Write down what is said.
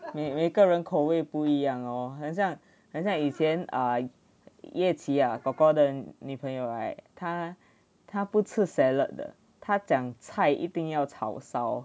每每个人口味不一样 lor 很像很像以前 err ye qi ah gor gor 的女朋友 right 她她不吃 salad 的她讲菜一定要炒烧